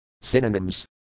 Synonyms